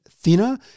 thinner